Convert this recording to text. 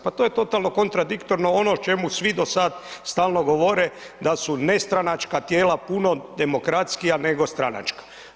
Pa to je totalno kontradiktorno ono o čemu svi do sada stalno govore da su nestranačka tijela puno demokratskija nego stranačka.